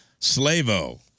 Slavo